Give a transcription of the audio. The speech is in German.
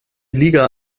liga